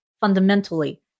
fundamentally